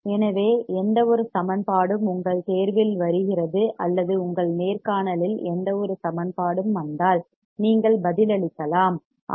எனவே எந்தவொரு சமன்பாடும் உங்கள் தேர்வில் வருகிறது அல்லது உங்கள் நேர்காணலில் எந்த சமன்பாடும் வந்தால் நீங்கள் பதிலளிக்கலாம் ஆம்